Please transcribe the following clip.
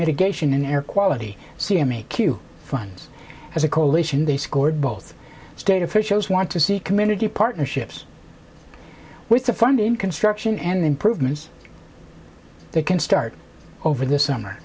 mitigation in air quality c m e q funds as a coalition they scored both state officials want to see community partnerships with the funding construction and improvements they can start over this summer